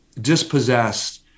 dispossessed